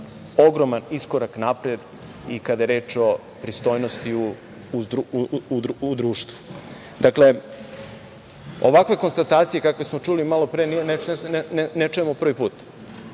ogroman iskorak napred i kada je reč o pristojnosti u društvu. Dakle, ovakve konstatacije kakve smo čuli malopre, ne čujemo prvi put.